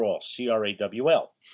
C-R-A-W-L